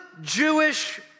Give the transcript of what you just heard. Jewish